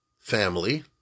family